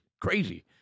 crazy